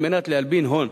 על מנת להלבין הון.